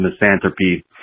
misanthropy